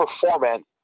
performance